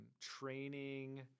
training